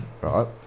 right